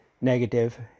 negative